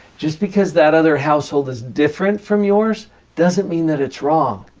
just because that other household is different from yours doesn't mean that it's wrong.